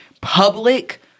public